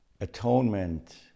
Atonement